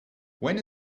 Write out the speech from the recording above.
when